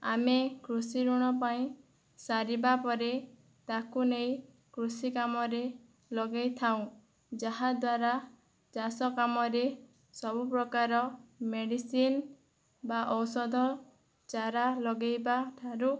ଆମେ କୃଷିଋଣ ପାଇଁ ସାରିବାପରେ ତାକୁ ନେଇ କୃଷି କାମରେ ଲଗେଇଥାଉଁ ଯାହାଦ୍ୱାରା ଚାଷ କାମରେ ସବୁପ୍ରକାର ମେଡ଼ିସିନ୍ ବା ଔଷଧ ଚାରା ଲଗେଇବା ଠାରୁ